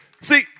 see